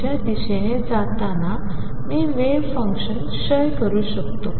च्या दिशेने जाताना मी वेव्ह फंक्शन क्षय करू शकतो